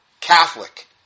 Catholic